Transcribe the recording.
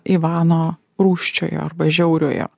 ivano rūsčiojo arba žiauriojo